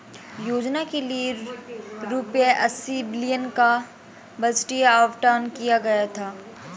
योजना के लिए रूपए अस्सी बिलियन का बजटीय आवंटन किया गया था